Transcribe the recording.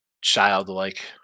childlike